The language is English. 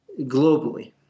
globally